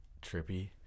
trippy